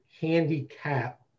handicap